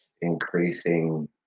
increasing